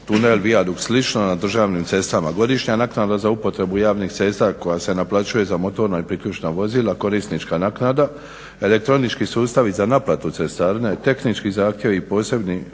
tunel, vijadukt, slično na državnim cestama. Godišnja naknada za upotrebu javnih cesta koja se naplaćuje za motorna i priključna vozila, korisnička naknada, elektronički sustav i za naplatu cestarine, tehnički zahtjevi, posebni